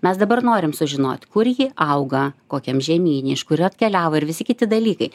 mes dabar norim sužinot kur ji auga kokiam žemyne iš kur atkeliavo ir visi kiti dalykai